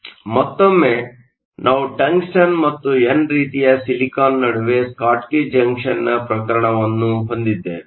ಮತ್ತೊಮ್ಮೆ ನಾವು ಟಂಗ್ಸ್ಟನ್ ಮತ್ತು ಎನ್ ರೀತಿಯ ಸಿಲಿಕಾನ್ ನಡುವೆ ಸ್ಕಾಟ್ಕಿ ಜಂಕ್ಷನ್ನ ಪ್ರಕರಣವನ್ನು ಹೊಂದಿದ್ದೇವೆ